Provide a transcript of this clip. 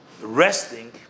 resting